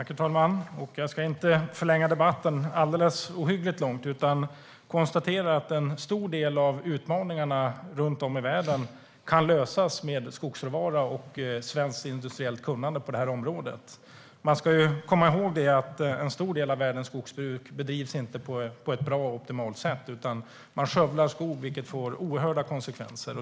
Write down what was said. Herr talman! Jag ska inte förlänga debatten alltför mycket. Låt mig konstatera att en stor del av utmaningarna runt om i världen kan lösas med skogsråvara och svenskt industriellt kunnande på området. Vi ska komma ihåg att en stor del av världens skogsbruk inte bedrivs på ett bra och optimalt sätt, utan skogen skövlas, vilket får oerhörda konsekvenser.